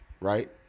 right